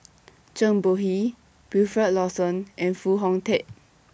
Zhang Bohe Wilfed Lawson and Foo Hong Tatt